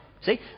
See